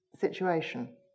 situation